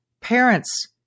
Parents